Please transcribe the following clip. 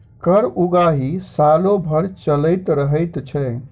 कर उगाही सालो भरि चलैत रहैत छै